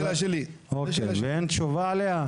אוקיי, ואין תשובה עליה?